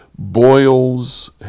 Boils